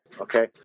okay